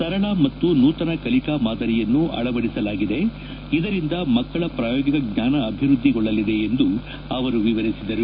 ಸರಳ ಮತ್ತು ನೂತನ ಕಲಿಕಾ ಮಾದರಿಯನ್ನು ಅಳವಡಿಸಲಾಗಿದೆ ಇದರಿಂದ ಮಕ್ಕಳ ಪ್ರಾಯೋಗಿಕ ಜ್ವಾನ ಅಭಿವ್ಯದ್ಲಿಗೊಳ್ಳಲಿದೆ ಎಂದು ಅವರು ವಿವರಿಸಿದರು